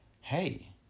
hey